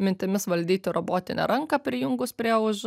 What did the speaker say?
mintimis valdyti robotinę ranką prijungus prie už